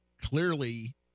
clearly